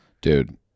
Dude